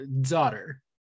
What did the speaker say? daughter